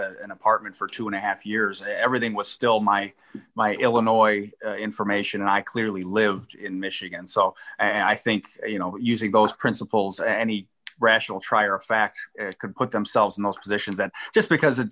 an apartment for two and a half years everything was still my my illinois information and i clearly lived in michigan so and i think you know using those principles and any rational trier of fact could put themselves in those positions that just because